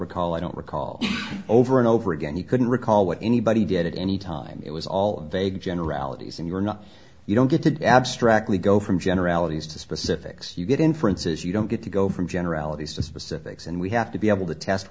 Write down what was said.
recall i don't recall over and over again he couldn't recall what anybody did at any time it was all vague generalities and you are not you don't get to abstractly go from generalities to specifics you get inferences you don't get to go from generalities to specifics and we have to be able to test